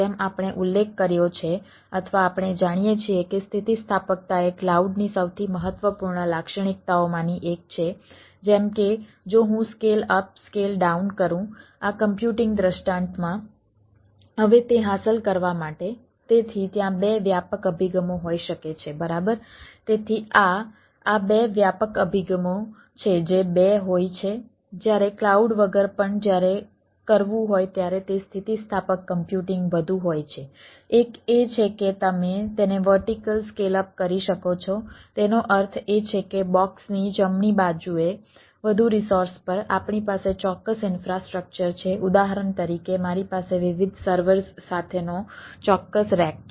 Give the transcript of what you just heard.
જેમ આપણે ઉલ્લેખ કર્યો છે અથવા આપણે જાણીએ છીએ કે સ્થિતિસ્થાપકતા એ ક્લાઉડની સૌથી મહત્વપૂર્ણ લાક્ષણિકતાઓમાંની એક છે જેમ કે જો હું સ્કેલ અપ છે